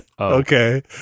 okay